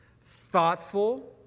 thoughtful